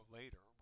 later